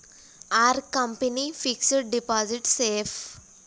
Are company fixed deposit safe?